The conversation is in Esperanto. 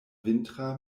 vintra